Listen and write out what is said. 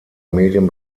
medien